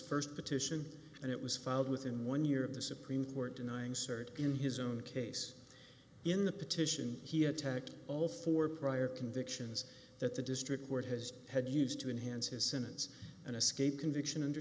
is st petition and it was filed within one year of the supreme court denying cert in his own case in the petition he attacked all four prior convictions that the district court has had used to enhance his sentence and escape conviction under